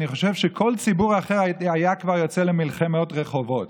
אני חושב שכל ציבור אחר היה כבר יוצא למלחמות ברחובות.